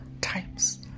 times